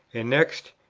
and next,